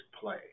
play